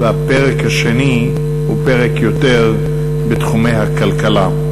והפרק השני הוא בתחומי הכלכלה.